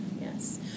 yes